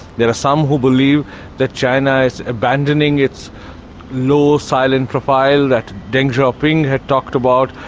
there are some who believe that china is abandoning its low, silent profile that deng xiaoping had talked about,